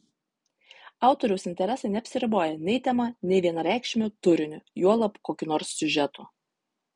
autoriaus interesai neapsiriboja nei tema nei vienareikšmiu turiniu juolab kokiu nors siužetu